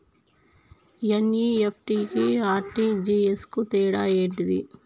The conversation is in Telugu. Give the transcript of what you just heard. ఎన్.ఇ.ఎఫ్.టి కి ఆర్.టి.జి.ఎస్ కు తేడా ఏంటిది?